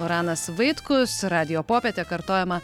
uranas vaitkus radijo popietė kartojama